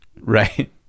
right